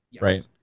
right